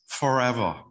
forever